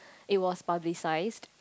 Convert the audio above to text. it was publicised